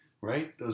right